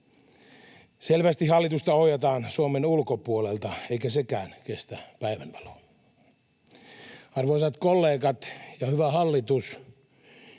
Selvästi hallitusta ohjataan Suomen ulkopuolelta, eikä sekään kestä päivänvaloa. Arvoisat kollegat ja hyvä hallitus,